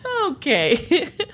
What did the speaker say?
Okay